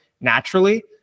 naturally